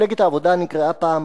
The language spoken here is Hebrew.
מפלגת העבודה נקראה פעם